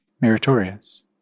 meritorious